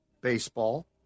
baseball